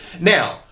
Now